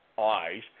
eyes